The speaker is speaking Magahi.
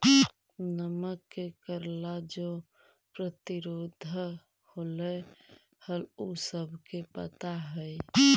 नमक के कर ला जो प्रतिरोध होलई हल उ सबके पता हई